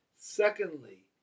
Secondly